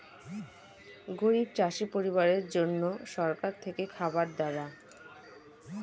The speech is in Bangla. গরিব চাষি পরিবারের জন্য সরকার থেকে খাবার দেওয়া